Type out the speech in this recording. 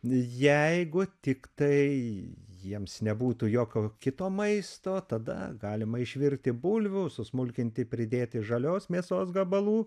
jeigu tiktai jiems nebūtų jokio kito maisto tada galima išvirti bulvių susmulkinti pridėti žalios mėsos gabalų